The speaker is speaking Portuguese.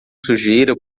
sujeira